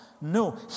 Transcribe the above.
No